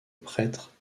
prêtre